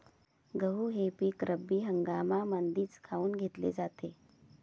गहू हे पिक रब्बी हंगामामंदीच काऊन घेतले जाते?